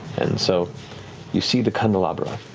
and so you see the candelabra